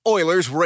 Oilers